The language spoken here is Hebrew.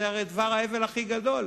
זה הרי דבר ההבל הכי גדול.